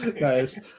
nice